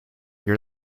your